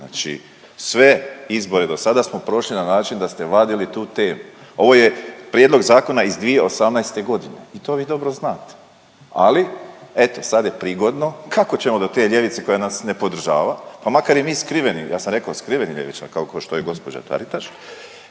znači sve izbore dosada smo prošli na način da ste vadili tu temu. Ovo je prijedlog zakona iz 2018.g. i to vi dobro znate, ali eto sad je prigodno, kako ćemo do te ljevice koja nas ne podržava, pa makar i mi skriveni, ja sam rekao skriveni ljevičari, kao košto je gđa. Taritaš,